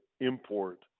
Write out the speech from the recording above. import